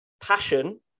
passion